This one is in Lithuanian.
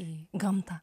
į gamtą